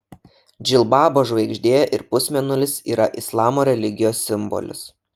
džilbabo žvaigždė ir pusmėnulis yra islamo religijos simbolis